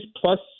plus-